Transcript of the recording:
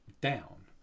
down